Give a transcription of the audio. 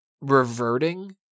reverting